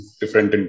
different